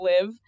live